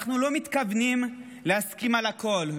אנחנו לא מתכוונים להסכים על הכול.